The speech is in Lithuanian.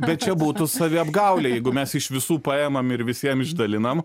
bet čia būtų saviapgaulė jeigu mes iš visų paimam ir visiem išdalinam